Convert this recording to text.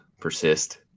persist